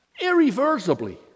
irreversibly